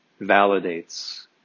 validates